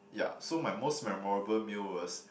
ya so my most memorable meal was